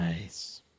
Nice